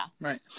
Right